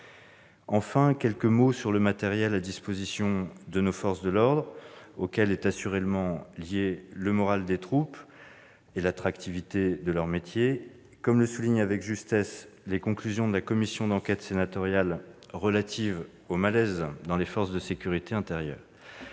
Je souhaite évoquer le matériel à disposition de nos forces de l'ordre, auquel sont assurément liés le moral des troupes et l'attractivité de leur métier, comme le soulignent avec justesse les conclusions de la commission d'enquête sénatoriale relative au malaise dans les forces de sécurité intérieure.